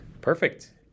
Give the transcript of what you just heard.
Perfect